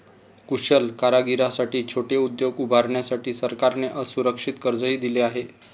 कुशल कारागिरांसाठी छोटे उद्योग उभारण्यासाठी सरकारने असुरक्षित कर्जही दिले आहे